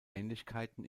ähnlichkeiten